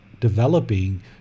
developing